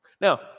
Now